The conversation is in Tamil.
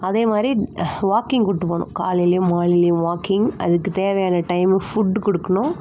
அதேமாதிரி வாக்கிங் கூட்டு போகணும் காலைலேயும் மாலைலேயும் வாக்கிங் அதுக்கு தேவையான டைமுக்கு ஃபுட்டு கொடுக்கணும்